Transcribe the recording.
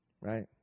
right